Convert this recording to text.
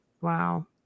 Wow